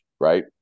Right